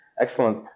excellent